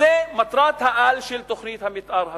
זו מטרת-העל של תוכנית המיתאר הזאת.